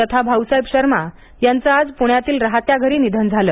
तथा भाऊसाहेब शर्मा यांचं आज पुण्यातील राहत्या घरी निधन झालं